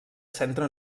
centra